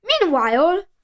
Meanwhile